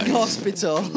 hospital